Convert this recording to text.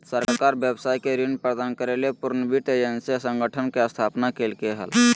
सरकार व्यवसाय के ऋण प्रदान करय ले पुनर्वित्त एजेंसी संगठन के स्थापना कइलके हल